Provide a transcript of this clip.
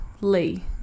Lee